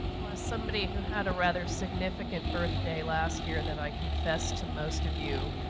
well as somebody who had a rather significant birthday last year that i confess to most of you,